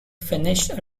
finished